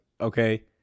Okay